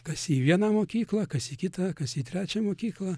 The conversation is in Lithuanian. kas į vieną mokyklą kas į kitą kas į trečią mokyklą